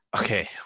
Okay